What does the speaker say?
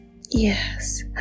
yes